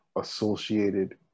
associated